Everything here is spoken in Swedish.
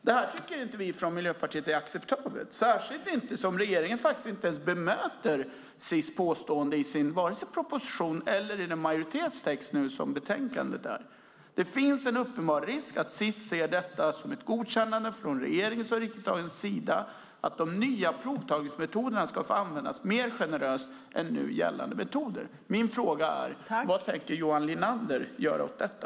Det här tycker inte vi från Miljöpartiet är acceptabelt, särskilt inte som regeringen faktiskt inte ens bemöter Sis påstående i vare sig propositionen eller i majoritetstexten i betänkandet. Det finns en uppenbar risk att Sis ser detta som ett godkännande från regeringens och riksdagens sida att få använda de nya provtagningsmetoderna mer generöst än nu gällande metoder. Min fråga är: Vad tänker Johan Linander göra åt detta?